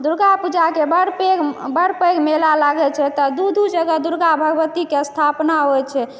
दुर्गा पूजाके बड्ड पैघ मेला लागैत छै तऽ दू दू जगह दुर्गा भगवतीके स्थापना होयत छै